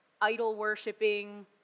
idol-worshipping